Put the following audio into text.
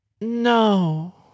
no